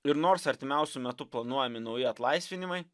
ir nors artimiausiu metu planuojami nauji atlaisvinimai